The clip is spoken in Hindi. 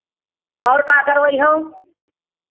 और का करवइहो